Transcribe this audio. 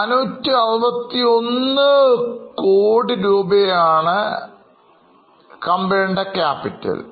461 crore യാണ് കമ്പനിയുടെ capital